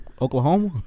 Oklahoma